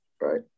Right